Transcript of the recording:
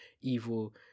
evil